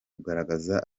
kugaragaza